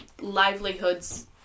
livelihoods